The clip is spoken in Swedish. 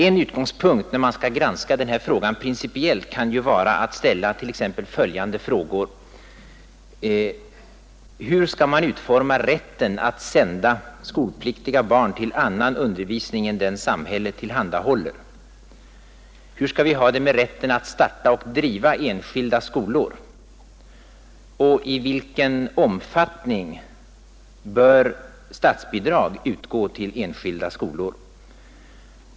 En utgångspunkt när man principiellt skall granska detta problem kan vara att ställa t.ex. följande frågor: Hur skall man utforma rätten att sända skolpliktiga barn till annan undervisning än den samhället tillhandahåller? Hur skall vi ha det med rätten att starta och driva enskilda skolor? I vilken omfattning bör statsbidrag utgå till enskilda skolor?